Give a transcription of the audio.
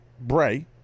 Bray